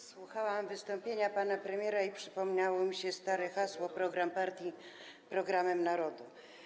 Słuchałam wystąpienia pana premiera i przypomniało mi się stare hasło: program partii programem narodu.